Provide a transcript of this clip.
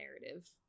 narrative